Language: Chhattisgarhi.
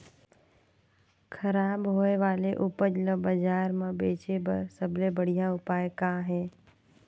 खराब होए वाले उपज ल बाजार म बेचे बर सबले बढ़िया उपाय का हे?